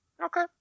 okay